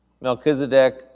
Melchizedek